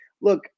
look